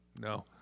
no